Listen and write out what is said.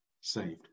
saved